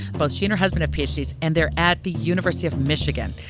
both she and her husband of pitches. and they're at the university of michigan.